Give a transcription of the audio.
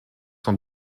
sont